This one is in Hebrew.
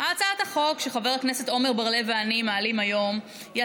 הצעת החוק שחבר הכנסת עמר בר-לב ואני מעלים היום היא